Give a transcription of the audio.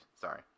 Sorry